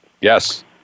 yes